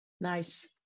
Nice